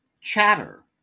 Chatter